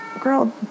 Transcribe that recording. Girl